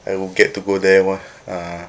I will get to go there !wah! uh